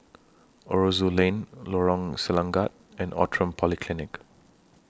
Aroozoo Lane Lorong Selangat and Outram Polyclinic